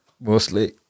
mostly